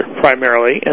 primarily